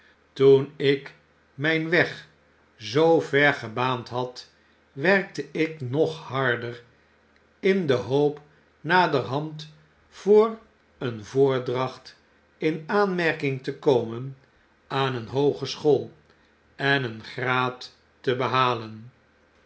toen ik myn weg zoover gebaand had werkte ik nog harder in de hoop naderhand voor een voordracht in aanmerking te komen aaneenhoogeschool en een graad te behalen